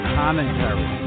commentary